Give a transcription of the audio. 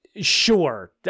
Sure